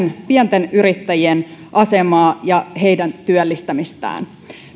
pienten yrittäjien asemaa ja heidän työllistämistään